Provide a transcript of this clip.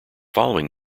following